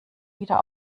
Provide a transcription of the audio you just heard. wieder